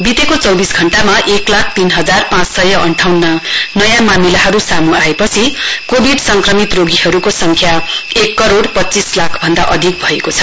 बितेको चौबिस घण्टामा एक लाख तीन हजार पाँच सय अन्ठाउन्न नयाँ मामिलाहरू सामू आएपछि कोविड संक्रमित रोगीहरूको सङ्ख्या एक करोड पच्चीस लाख भन्दा अधिक भएको छ